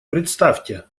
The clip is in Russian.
представьте